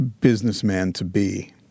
businessman-to-be